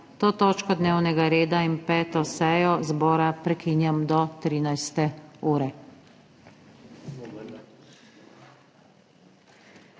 to točko dnevnega reda in 5. sejo zbora prekinjam do 13. ure.